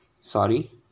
sorry